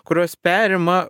kurios perima